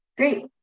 Great